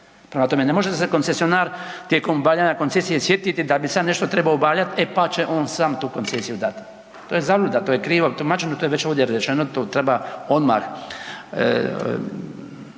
Prema tome, ne može se koncesionar tijekom bavljenja koncesije sjetiti da bi sad trebao nešto obavljati e pa će on sam tu koncesiju dati. To je zabluda, to je krivo tumačeno, to je već ovdje rečeno, to treba odmah